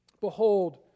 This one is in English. Behold